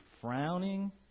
frowning